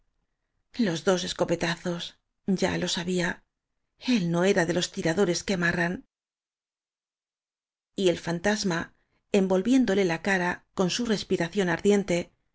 los dos escopetazos ya lo sabía él no era de los tiradores que marran y el fantasma envolviéndole la cara con su respiración ardiente